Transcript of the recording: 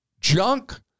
junk